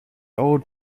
old